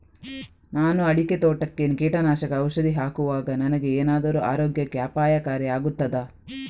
ನಾನು ಅಡಿಕೆ ತೋಟಕ್ಕೆ ಕೀಟನಾಶಕ ಔಷಧಿ ಹಾಕುವಾಗ ನನಗೆ ಏನಾದರೂ ಆರೋಗ್ಯಕ್ಕೆ ಅಪಾಯಕಾರಿ ಆಗುತ್ತದಾ?